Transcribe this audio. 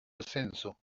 ascenso